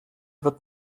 wird